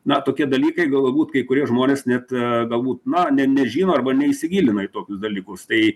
na tokie dalykai galbūt kai kurie žmonės net galbūt na ne nežino arba neįsigilina į tokius dalykus tai